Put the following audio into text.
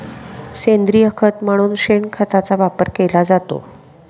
सेंद्रिय खत म्हणून शेणखताचा वापर केला जातो